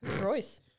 Royce